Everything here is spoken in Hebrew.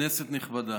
כנסת נכבדה,